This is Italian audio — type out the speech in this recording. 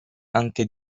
anche